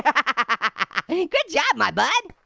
i mean good job, my bud.